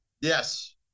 Yes